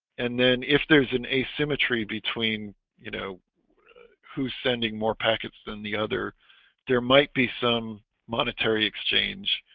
and then if there's an asymmetry between you know who's sending more packets than the other there might be some monetary exchange?